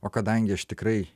o kadangi aš tikrai